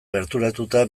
gerturatuta